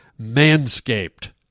Manscaped